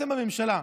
אתם בממשלה,